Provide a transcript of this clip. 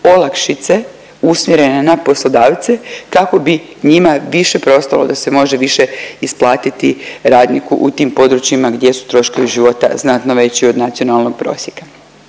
olakšice usmjerene na poslodavce kako bi njima više preostalo da se može više isplatiti radniku u tim područjima gdje su troškovi života znatno veći od nacionalnog prosjeka.